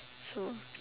so